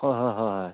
হয় হয় হয় হয়